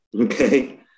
okay